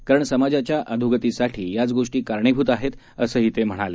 कारण समाजाची अधोगती साठी याच गोष्टी कारणीभूत आहेत असंही ते म्हणाले